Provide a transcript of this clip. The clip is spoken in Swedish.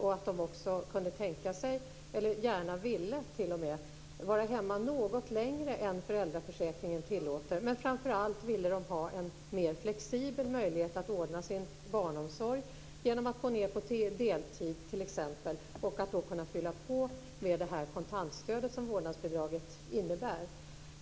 De ville också gärna vara hemma något längre tid än vad föräldraförsäkringen tillåter. Framför allt ville de ha en mer flexibel möjlighet att ordna sin barnomsorg genom att gå ned till deltid t.ex. och då kunna fylla på med det kontantstöd som vårdnadsbidraget innebär.